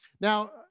Now